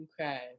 Okay